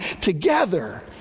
together